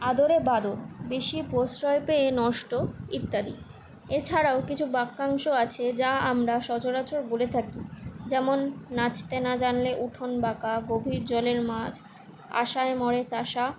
আদরে বাঁদর বেশি প্রশ্রয় পেয়ে নষ্ট ইত্যাদি এছাড়াও কিছু বাক্যাংশ আছে যা আমরা সচরাচর বলে থাকি যেমন নাচতে না জানলে উঠোন বাঁকা গভীর জলের মাছ আশায় মরে চাষা